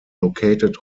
located